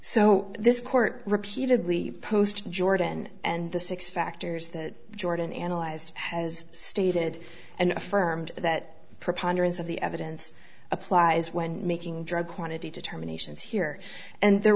so this court repeatedly post in jordan and the six factors that jordan analyzed has stated and affirmed that preponderance of the evidence applies when making drug quantity determinations here and there